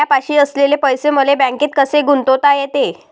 मायापाशी असलेले पैसे मले बँकेत कसे गुंतोता येते?